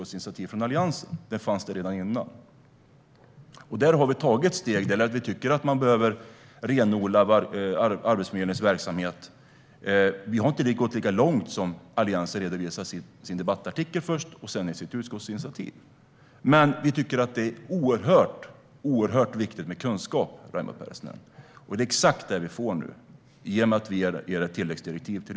Oavsett Alliansens eventuella debattartiklar eller utskottsinitiativ tycker vi att Arbetsförmedlingens verksamhet behöver renodlas. Vi har inte gått lika långt som Alliansen redovisar, i sin debattartikel till att börja med och sedan i sitt utskottsinitiativ. Vi tycker dock att det är oerhört viktigt med kunskap, Raimo Pärssinen. Och det är exakt det vi får genom ett tilläggsdirektiv.